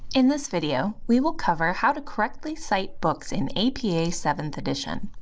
in this video, we will cover how to correctly cite books in apa seventh edition.